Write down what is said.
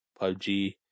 PUBG